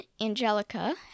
Angelica